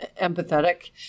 empathetic